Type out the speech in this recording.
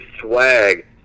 swag